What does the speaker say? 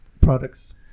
products